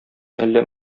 әллә